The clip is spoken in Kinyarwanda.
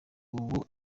ubu